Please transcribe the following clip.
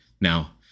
Now